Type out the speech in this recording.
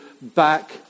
back